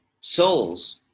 souls